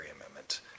Amendment